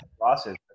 losses